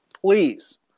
please